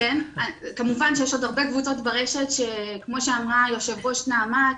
כמובן שיש עוד הרבה קבוצות ברשת שכמו שאמרה יו"ר נעמ"ת,